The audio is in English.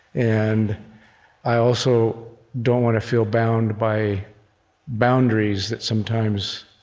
and i also don't want to feel bound by boundaries that, sometimes,